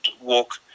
walk